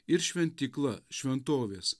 ir šventykla šventovės